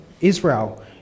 Israel